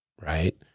right